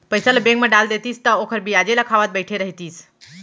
पइसा ल बेंक म डाल देतिस त ओखर बियाजे ल खावत बइठे रहितिस